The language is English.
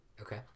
Okay